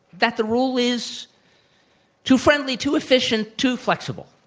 that the rule is too friendly, too efficient, too flexible.